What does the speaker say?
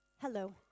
Hello